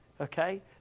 Okay